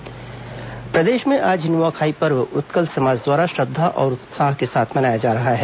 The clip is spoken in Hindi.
न्आ खाई प्रदेश में आज नुआ खाई पर्व उत्कल समाज द्वारा श्रद्धा और उत्साह के साथ मनाया जा रहा है